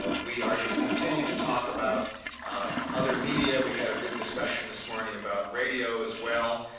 ah we are going to continue to talk about other media. we had a good discussion this morning about radio as well.